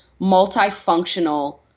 multifunctional